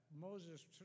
Moses